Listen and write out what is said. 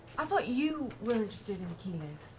um thought you were interested in keyleth.